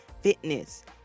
fitness